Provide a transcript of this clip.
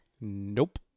Nope